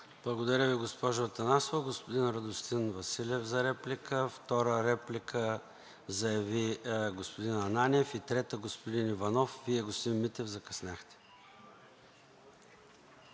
Благодаря Ви, госпожо Атанасова. Господин Радостин Василев, за реплика. Втора реплика заяви господин Ананиев и трета господин Иванов. Вие, господин Митев, закъсняхте.